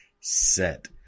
set